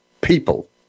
people